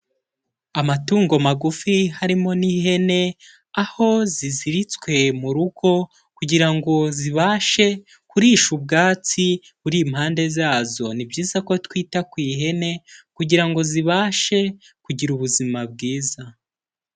Amatungo magufi, harimo n'ihene, aho ziziritswe mu rugo, kugira ngo zibashe kurisha ubwatsi buri impande zazo, ni byiza ko twita ku ihene, kugira ngo zibashe kugira ubuzima bwiza.